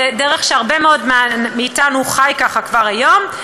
זו דרך שהרבה מאוד מאתנו חיים ככה כבר היום.